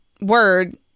word